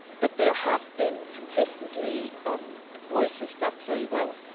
but there have been consistently um voices that say, well,